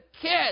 kids